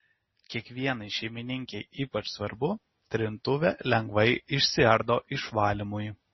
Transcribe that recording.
kiekvienai šeimininkei ypač svarbu trintuvė lengvai išsiardo išvalymui